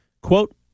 Quote